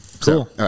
Cool